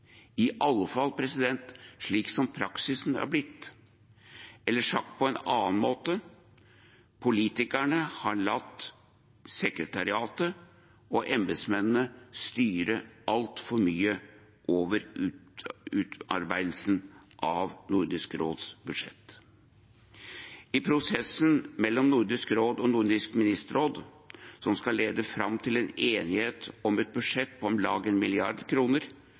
i alle fall slik som praksisen har blitt – eller sagt på en annen måte: Politikerne har latt sekretariatet og embetsmennene styre altfor mye over utarbeidelsen av Nordisk råds budsjett. I prosessen mellom Nordisk råd og Nordisk ministerråd som skal lede fram til en enighet om et budsjett på om lag